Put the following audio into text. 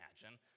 imagine